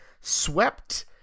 swept